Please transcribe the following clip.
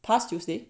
past tuesday